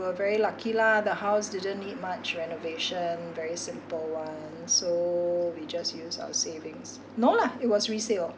were very lucky lah the house didn't need much renovation very simple [one] so we just use our savings no lah it was resale